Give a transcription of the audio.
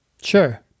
Sure